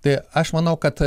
tai aš manau kad